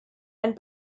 and